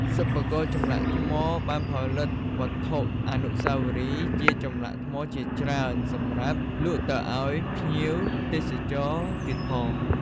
សិប្បករចម្លាក់ថ្ម បានផលិតវត្ថុអនុស្សាវរីយ៍ជាចម្លាក់ថ្មជាច្រើនសម្រាប់លក់ទៅឲ្យភ្ញៀវទេសចរទៀតផង។